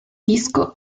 disco